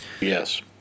yes